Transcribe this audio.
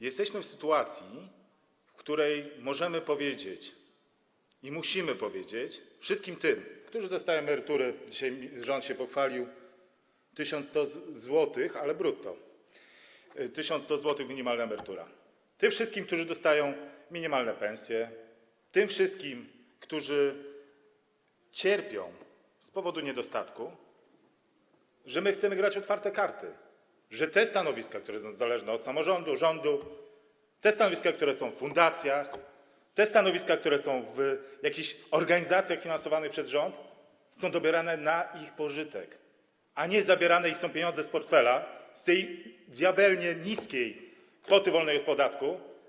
Jesteśmy w sytuacji, w której możemy powiedzieć i musimy powiedzieć wszystkim tym, którzy dostają emerytury - dzisiaj rząd się pochwalił: 1100 zł, ale brutto, 1100 zł wynosi minimalna emerytura - tym wszystkim, którzy dostają minimalną pensję, tym wszystkim, którzy cierpią z powodu niedostatku, że chcemy grać w otwarte karty, że te stanowiska, które są zależne od samorządu, rządu, te stanowiska, które są w fundacjach, te stanowiska, które są w jakichś organizacjach finansowanych przez rząd, są dobierane z pożytkiem dla nich, a nie że zabierane są im pieniądze z portfela, z tej diabelnie niskiej kwoty wolnej od podatku.